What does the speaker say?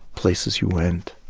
places you went?